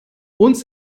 uns